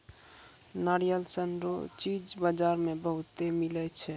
नारियल सन रो चीज बजार मे बहुते मिलै छै